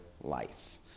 life